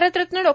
Bharat Ratna Dr